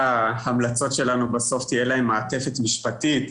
המלצות שלנו בסוף תהיה להם מעטפת משפטית,